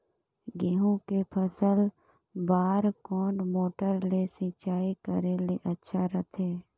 गहूं के फसल बार कोन मोटर ले सिंचाई करे ले अच्छा रथे?